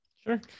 sure